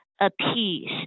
apiece